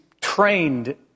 trained